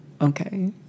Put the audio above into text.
okay